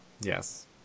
yes